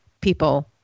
people